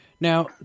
Now